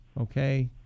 okay